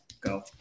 Go